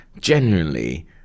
genuinely